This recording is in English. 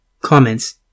Comments